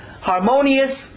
harmonious